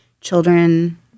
children